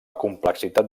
complexitat